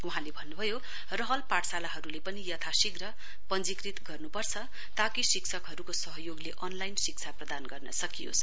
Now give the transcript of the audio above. वहाँले भन्नुभयो रहल पाठशालाहरूले यथाशीघ्र पश्चीकृत गर्नुपर्छ ताकि शिक्षकहरूको सहयोगले अनलाईन शिक्षा प्रदान गर्न सकियोस्